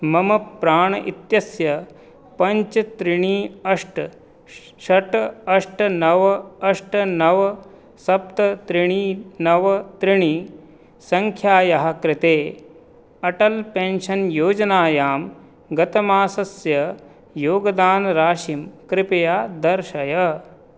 मम प्राणम् इत्यस्य पञ्च त्रीणि अष्ट षट् अष्ट नव अष्ट नव सप्त त्रीणि नव त्रीणि सङ्ख्यायाः कृते अटल्पेन्शन्योजनायां गतमासस्य योगदानराशिं कृपया दर्शय